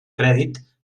crèdit